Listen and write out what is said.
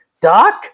doc